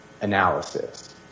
analysis